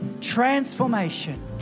Transformation